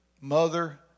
Mother